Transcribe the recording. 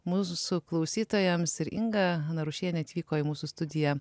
mūsų klausytojams ir inga narušienė atvyko į mūsų studiją